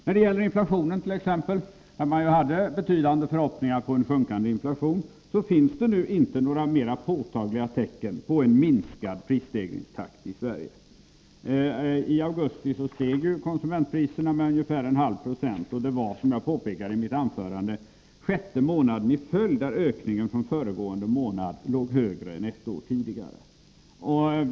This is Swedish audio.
När det gäller inflationen t.ex. hade man betydande förhoppningar om att den skulle sjunka. Det finns emellertid nu inte några mer påtagliga tecken på en minskad prisstegringstakt i Sverige. I augusti steg konsumentpriserna med ungefär 0,5 26, och det var, som jag påpekade i mitt anförande, den sjätte månaden i följd som ökningen jämfört med föregående månad låg högre än ett år tidigare.